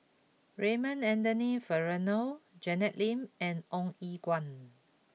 Raymond Anthony Fernando Janet Lim and Ong Eng Guan